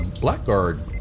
Blackguard